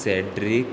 सॅट्रीक